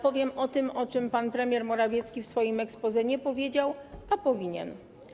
Powiem o tym, o czym pan premier Morawiecki w swoim exposé nie powiedział, a powinien.